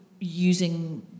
using